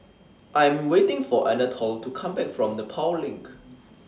I Am waiting For Anatole to Come Back from Nepal LINK